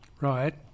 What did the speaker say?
Right